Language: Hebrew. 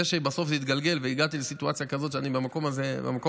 זה שבסוף זה התגלגל והגעתי לסיטואציה כזאת שאני במקום הזה עכשיו,